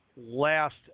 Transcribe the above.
last